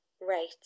right